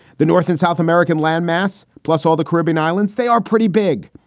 the north and south american landmass, plus all the caribbean islands, they are pretty big.